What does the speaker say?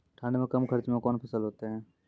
ठंड मे कम खर्च मे कौन फसल होते हैं?